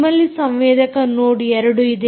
ನಿಮ್ಮಲ್ಲಿ ಸಂವೇದಕ ನೋಡ್ 2 ಇದೆ